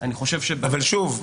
אבל שוב,